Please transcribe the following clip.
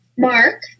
Mark